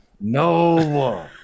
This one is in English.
no